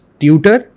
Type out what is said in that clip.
tutor